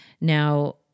Now